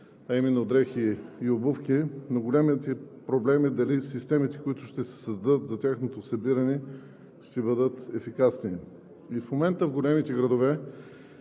а именно дрехи и обувки, но големите проблеми – дали системите, които ще се създадат за тяхното събиране, ще бъдат ефикасни. И в момента в големите градове